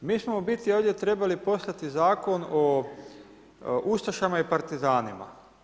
Mi smo u biti ovdje trebali poslati zakon o ustašama i partizanima.